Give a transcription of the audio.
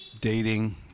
dating